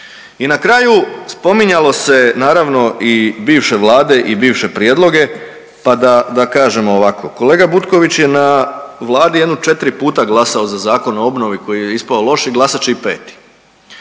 I na kraju spominjalo se naravno i bivše vlade i bivše prijedloge pa da kažemo ovako. Kolega Butković je na vladi jedno 4 puta glasao za Zakon o obnovi koji je ispao loš i glasat će i